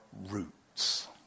roots